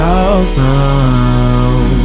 awesome